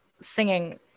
singing